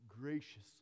gracious